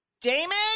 Damon